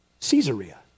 Caesarea